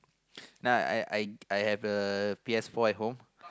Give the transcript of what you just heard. no I I I have the P_S four at home